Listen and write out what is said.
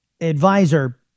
advisor